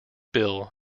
bill